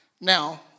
Now